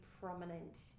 prominent